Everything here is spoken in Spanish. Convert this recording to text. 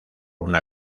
una